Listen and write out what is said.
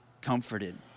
comforted